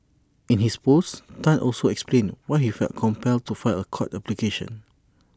in his post Tan also explained why he felt compelled to file A court application